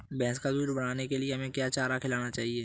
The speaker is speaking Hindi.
भैंस का दूध बढ़ाने के लिए हमें क्या चारा खिलाना चाहिए?